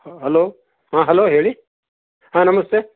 ಹಾಂ ಹಲೋ ಹಾಂ ಹಲೋ ಹೇಳಿ ಹಾಂ ನಮಸ್ತೆ